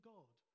God